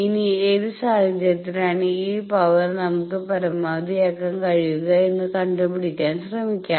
ഇനി ഏത് സാഹചര്യത്തിലാണ് ഈ പവർ നമുക്ക് പരമാവധിയാക്കാൻ കഴിയുക എന്ന് കണ്ടുപിടിക്കാൻ ശ്രമിക്കാം